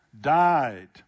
died